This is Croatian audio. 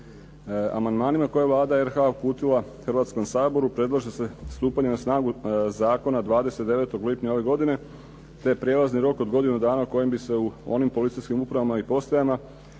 Amandmanima koje je Vlada RH uputila Hrvatskom saboru predlaže se stupanje na snagu zakona 29. lipnja ove godine te prijelazni rok od godinu dana kojim bi u onim policijskim upravama i postajama